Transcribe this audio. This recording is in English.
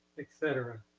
et cetera.